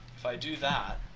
if i do that,